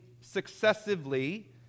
successively